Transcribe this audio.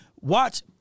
Watch